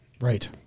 Right